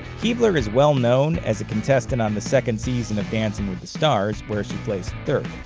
keibler is well known as a contestant on the second season of dancing with stars, where she placed third.